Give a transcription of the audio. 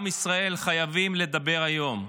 עם ישראל חייבים לדבר עליהם היום.